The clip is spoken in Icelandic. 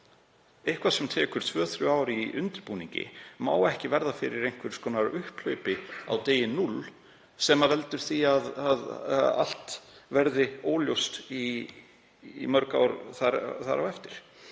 Eitthvað sem tekur tvö, þrjú ár í undirbúningi má ekki verða fyrir einhvers konar upphlaupi á fyrsta degi sem veldur því að allt verður óljóst í mörg ár þar á eftir.